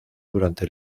durante